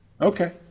Okay